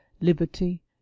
liberty